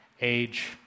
age